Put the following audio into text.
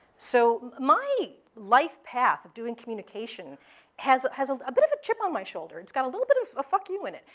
so, my life path of doing communication has has a bit of a chip on my shoulder. it's got a little bit of a fuck you in it.